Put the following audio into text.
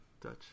Dutch